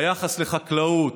היחס לחקלאות,